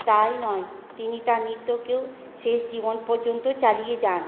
তাই নয় তিনি তার নৃত্যকেও শেষ জীবন পর্যন্ত চালিয়ে যান